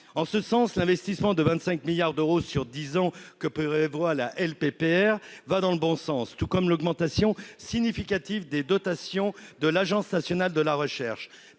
En ce sens, l'investissement de 25 milliards d'euros sur dix ans que prévoit ce projet de loi va dans le bon sens, comme l'augmentation significative des dotations de l'Agence nationale de la recherche